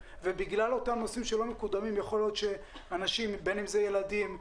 ובגלל אותם נושאים שלא מקודמים יכול להיות שאנשים בין אם זה ילדים,